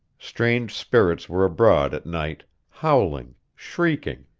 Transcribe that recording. strange spirits were abroad at night, howling, shrieking,